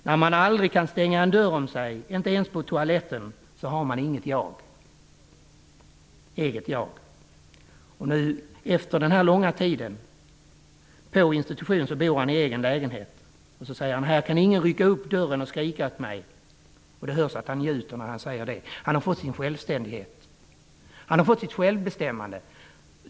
''När man aldrig kan stänga en dörr om sig -- inte ens på toaletten -- så har man snart inget eget jag.'' Efter denna långa tid på institution bor han i egen lägenhet. Han säger att där kan ingen rycka upp dörren och skrika åt honom. Det hörs att han njuter av att säga detta. Han har fått sin självständighet. Han har fått sitt självbestämmande.